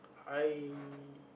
I